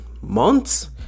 months